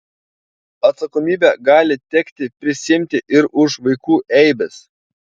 atsakomybę gali tekti prisiimti ir už vaikų eibes